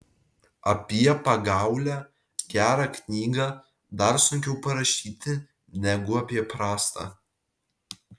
apie pagaulią gerą knygą dar sunkiau parašyti negu apie prastą